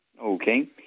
Okay